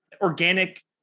organic